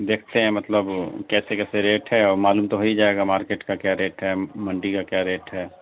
دیکھتے ہیں مطلب کیسے کیسے ریٹ ہے اور معلوم تو ہو ہی جائے گا مارکیٹ کا کیا ریٹ ہے منڈی کا کیا ریٹ ہے